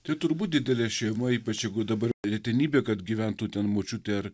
tai turbūt didelė šeima ypač jeigu dabar retenybė kad gyventų ten močiutė ar